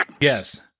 Yes